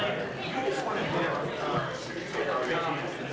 like to